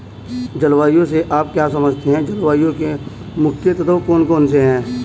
जलवायु से आप क्या समझते हैं जलवायु के मुख्य तत्व कौन कौन से हैं?